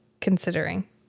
considering